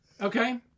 Okay